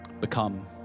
become